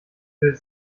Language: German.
will